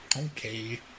Okay